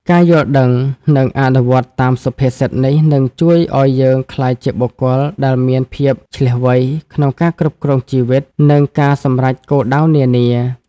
ការយល់ដឹង និងអនុវត្តតាមសុភាសិតនេះ នឹងជួយឲ្យយើងក្លាយជាបុគ្គលដែលមានភាពឈ្លាសវៃក្នុងការគ្រប់គ្រងជីវិត និងការសម្រេចគោលដៅនានា។